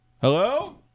Hello